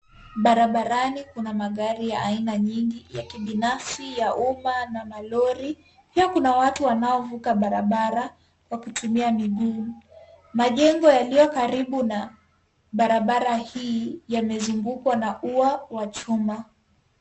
Barabarani kuna magari ya aina nyingi, ya kibinafsi, ya umma na malori. Pia, kuna watu wanaovuka barabara wakitumia miguu. Majengo yaliyo karibu na barabara hii yamezungukwa na ua wa chuma.